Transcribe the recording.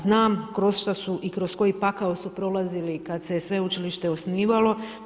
Znam kroz šta su i kroz koji pakao su prolazili kada se sveučilište osnivalo.